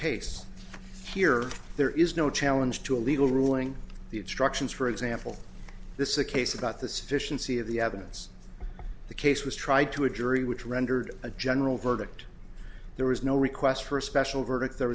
case here there is no challenge to a legal ruling the instructions for example this is a case about the sufficiency of the evidence the case was tried to a jury which rendered a general verdict there was no request for a special verdict there